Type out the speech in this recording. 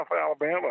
Alabama